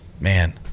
man